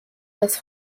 das